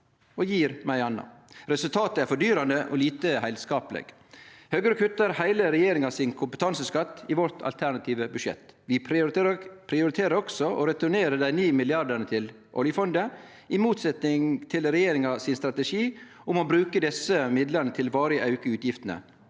og gjev med ei anna. Resultatet er fordyrande og lite heilskapleg. Vi i Høgre kuttar heile regjeringa sin kompetanseskatt i vårt alternative budsjett. Vi prioriterer også å returnere dei ni milliardane til oljefondet, i motsetning til regjeringa sin strategi om å bruke desse midlane til ein varig auke i utgiftene.